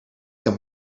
them